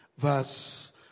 verse